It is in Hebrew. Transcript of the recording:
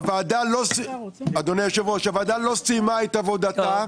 הוועדה לא סיימה את עבודתה,